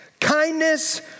kindness